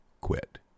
quit